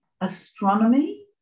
astronomy